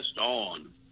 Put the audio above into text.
on